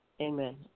Amen